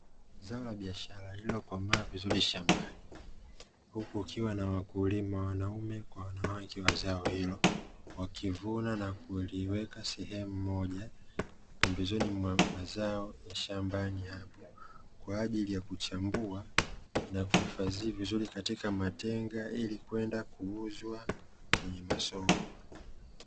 Zao la biashara lililokomaa vizuri shambani, huku kukiwa na wakulima (wanawake kwa wanaume) wa zao hilo wakivuna na kuliweka sehemu moja pembezoni mwa mazao ya shambani hapo kwa ajili ya kuchambua na kuhifadhi vizuri katika matenga; ili kwenda kuuza kwenye masoko.